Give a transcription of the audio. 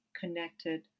connected